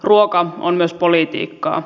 ruoka on myös politiikkaa